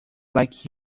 like